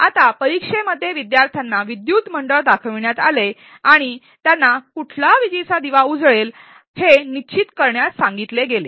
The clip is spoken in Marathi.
आता परीक्षेमध्ये विद्यार्थ्यांना विद्युत मंडळ दाखविण्यात आले आणि त्यांना कुठला विजेचा दिवा उजळेल हे निश्चित करण्यास सांगितले गेले